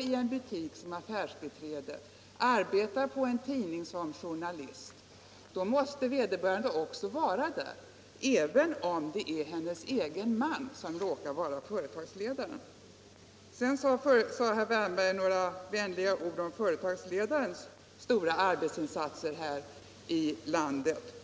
i en butik såsom affärsbiträde eller på en tidning såsom journalist måste vederbörande också vara där, även om hennes äkta man råkar vara företagsledare. Herr Wärnberg sade några vänliga ord om företagsledarnas stora arbetsinsatser här i landet.